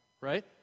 right